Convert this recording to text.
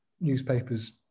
newspapers